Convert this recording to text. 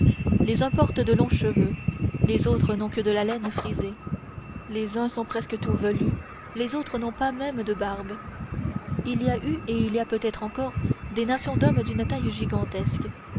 les uns portent de longs cheveux les autres n'ont que de la laine frisée les uns sont presque tout velus les autres n'ont pas même de barbe il y a eu et il y a peut-être encore des nations d'hommes d'une taille gigantesque